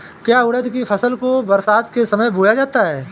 क्या उड़द की फसल को बरसात के समय बोया जाता है?